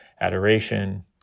adoration